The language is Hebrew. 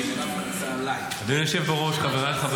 חברים, חברים.